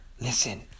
Listen